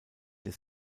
des